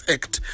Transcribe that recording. Act